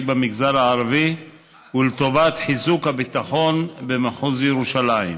במגזר הערבי ולטובת חיזוק הביטחון במחוז ירושלים.